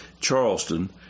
Charleston